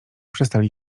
przestali